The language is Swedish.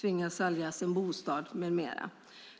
tvingas sälja sin bostad med mera.